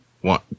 one